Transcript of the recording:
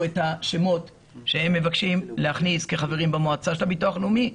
את השמות שהם מבקשים להכניס כחברים במועצה של הביטוח הלאומי,